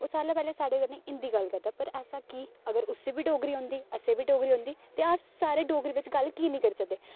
ओह् सारे कोला पैह्ला साढ़े कन्नै हिंदी गल्ल करदा पर ऐसा की अगर उसी बी डोगरी औंदी असें बी डोगरी औंदी ते अस सारे डोगरी बिच्च गल्ल की नी करी सकदे